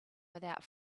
without